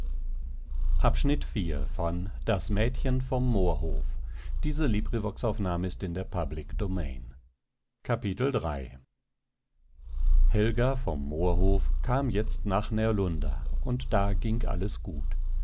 helga vom moorhof kam jetzt nach närlunda und da ging alles gut